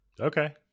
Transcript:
Okay